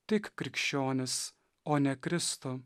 tik krikščionis o ne kristų